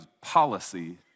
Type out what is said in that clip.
policy